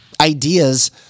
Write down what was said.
ideas